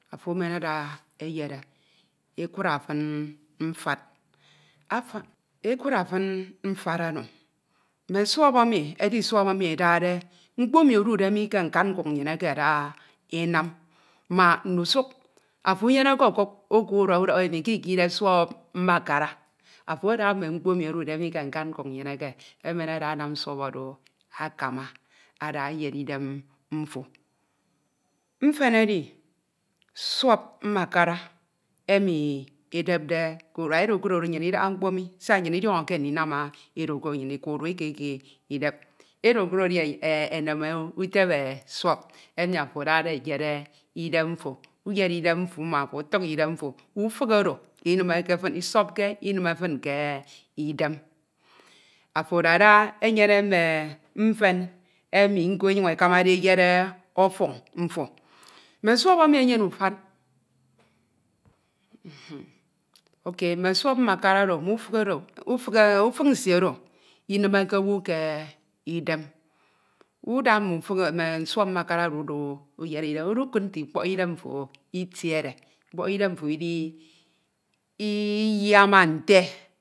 afo emen ada eyere ekura fin mfad, af ekura fin mfad oro, mme suọp emi edi suọp emi edade mkpo emi edude mi ke nkan nkuk nnyin emi eda enam mbak ndusuk afo unyeneke ọkuk uka urua udọhọ̀ emo ika ikidep suọp mbakara, afo ada mme mkpo emi odude mi ke nkan nkuk nnyin eke emen ada anam suọp oro akama ada eyere idem mfo. Mfen edi suọp mbakara emi edepde k'urua, edokurodo nnyin idaha mkpo mi siak nyin idiọñọke ndinam e, edokurodo nnyin ika urua ika ikedep, edokurodo edi enem utebe suọp emi afo adade eyere idem mfo, uyere idem mfo uma, afo ọtuk idem mfo, ufik oro inimeke fin, isọpke inime fin ke idem, afo adada, enyene mme mfen emi nko enyuñ ekamade eyed ọfọñ mfo, mme suọp emi enyene ufan, ok, mme suọp mbakara oro, ufik oro, mme ufik nsie oro, inimeke owu ke idem. Uda mme ufik oro, mme suọp mbakara oro uda uyere idem, udukut nte ikpọk idem mfo itede, ikpọk idem mfo idinyiama nte,